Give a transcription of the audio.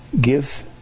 give